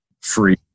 free